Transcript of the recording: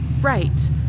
right